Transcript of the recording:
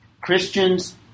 Christian's